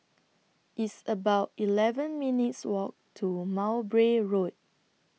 It's about eleven minutes' Walk to Mowbray Road